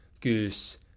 Goose